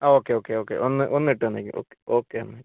ആ okay okay okay ഒന്ന് ഒന്ന് ഇട്ട് തന്നേക്ക് ഓക്കെ ഓക്കെ എന്നാൽ